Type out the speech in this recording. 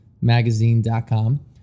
magazine.com